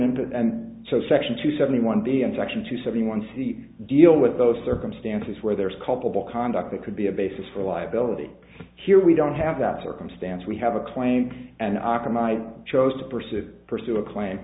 isn't and so section two seventy one b and section two seventy one see deal with those circumstances where there is culpable conduct that could be a basis for liability here we don't have that circumstance we have a claim an optimized chose to pursue to pursue a cla